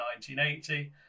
1980